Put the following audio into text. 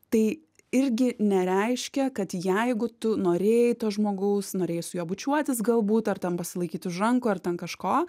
tai irgi nereiškia kad jeigu tu norėjai to žmogaus norėjai su juo bučiuotis galbūt ar ten pasilaikyti už rankų ar ten kažko